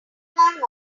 hang